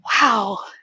Wow